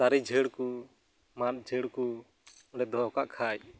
ᱫᱟᱨᱮ ᱡᱷᱟᱹᱲᱠᱩ ᱢᱟᱫ ᱡᱷᱟᱹᱲᱠᱩ ᱚᱸᱰᱮ ᱫᱚᱦᱚᱠᱟᱜ ᱠᱷᱟᱡ